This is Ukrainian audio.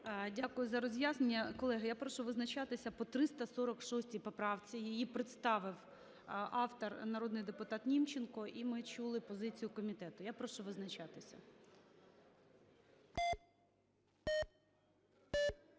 Дякую за роз'яснення. Колеги, я прошу визначатися по 346 поправці. Її представив автор - народний депутат Німченко. І ми чули позицію комітету. Я прошу визначатися.